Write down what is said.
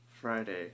Friday